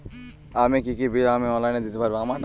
আর কি কি বিল আমি অনলাইনে দিতে পারবো?